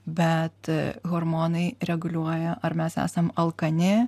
bet hormonai reguliuoja ar mes esam alkani